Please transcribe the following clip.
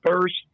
first